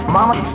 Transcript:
Mama